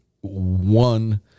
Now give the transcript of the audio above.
one